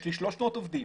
יש לי 300 עובדים,